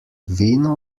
vino